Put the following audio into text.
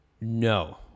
No